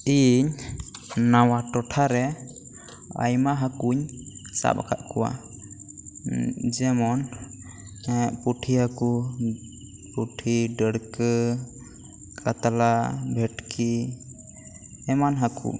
ᱤᱧ ᱱᱟᱣᱟ ᱴᱚᱴᱷᱟ ᱨᱮ ᱟᱭᱢᱟ ᱦᱟᱹᱠᱩᱧ ᱥᱟᱵ ᱟᱠᱟᱫ ᱠᱚᱣᱟ ᱡᱮᱢᱚᱱ ᱯᱩᱴᱷᱤ ᱦᱟᱹᱠᱩ ᱯᱩᱴᱷᱤ ᱰᱟᱹᱲᱠᱟᱹ ᱠᱟᱛᱞᱟ ᱵᱷᱮᱴᱠᱤ ᱮᱢᱟᱱ ᱦᱟᱹᱠᱩ